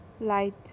light